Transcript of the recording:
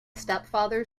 stepfather